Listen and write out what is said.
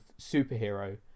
superhero